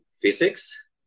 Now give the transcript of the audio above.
physics